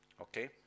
okay